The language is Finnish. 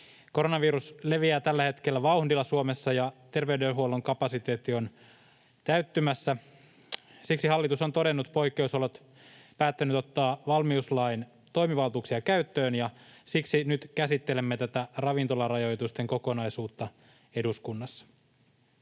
Koronavirus leviää tällä hetkellä vauhdilla Suomessa, ja terveydenhuollon kapasiteetti on täyttymässä. Siksi hallitus on todennut poikkeusolot, päättänyt ottaa valmiuslain toimivaltuuksia käyttöön, ja siksi nyt käsittelemme tätä ravintolarajoitusten kokonaisuutta eduskunnassa.